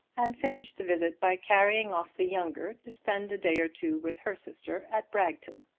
and finished the visit by carrying off the younger to spend a day or two with her sister at bragton.